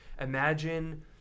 Imagine